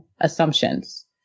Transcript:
assumptions